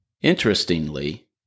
Interestingly